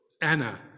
Anna